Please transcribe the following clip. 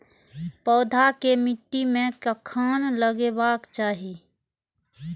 पौधा के मिट्टी में कखेन लगबाके चाहि?